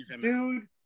dude